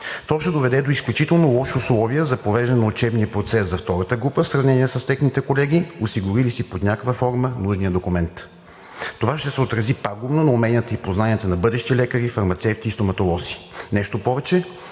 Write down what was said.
То ще доведе до изключително лоши условия за провеждане на учебния процес за втората група, в сравнение с техните колеги, осигурили си под някаква форма нужния документ. Това ще се отрази пагубно на уменията и познанията на бъдещи лекари, фармацевти и стоматолози. Нещо повече